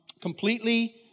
completely